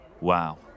wow